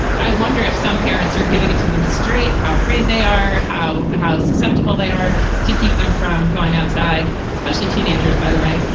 i wonder if some parents are giving it to them straight. how afraid they are, how how susceptible they are to keep them from going outside. especially teenagers, by the way.